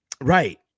Right